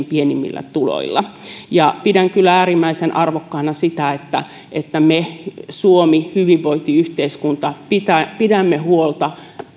pienimmillä tuloilla pidän kyllä äärimmäisen arvokkaana sitä että että me suomi hyvinvointiyhteiskunta pidämme huolta